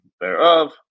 thereof